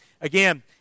again